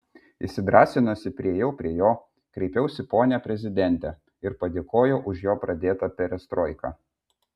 įsidrąsinusi priėjau prie jo kreipiausi pone prezidente ir padėkojau už jo pradėtą perestroiką